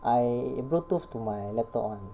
I bluetooth to my laptop [one]